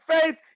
faith